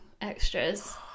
extras